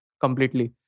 completely